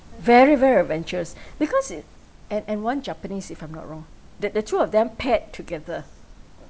very very adventurous because it and and one japanese if I'm not wrong the the two of them paired together